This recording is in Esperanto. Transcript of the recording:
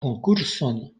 konkurson